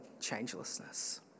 changelessness